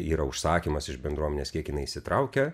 yra užsakymas iš bendruomenės kiek jinai įsitraukia